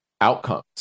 outcomes